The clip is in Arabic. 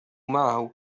معه